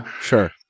Sure